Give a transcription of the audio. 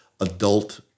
adult